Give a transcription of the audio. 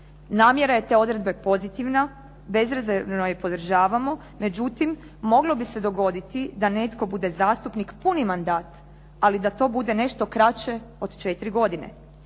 Namjera je te odredbe pozitivna, bezrezervno ju podržavamo, međutim, moglo bi se dogoditi da netko bude zastupnik puni mandat ali da to bude nešto kraće od četiri godine.